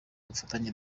ubufatanye